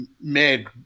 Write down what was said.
made